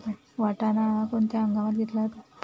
वाटाणा हा कोणत्या हंगामात घेतला जातो?